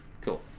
Cool